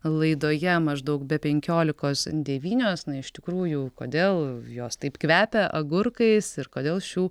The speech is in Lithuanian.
laidoje maždaug be penkiolikos devynios na iš tikrųjų kodėl jos taip kvepia agurkais ir kodėl šių